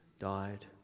died